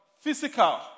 physical